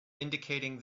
indicating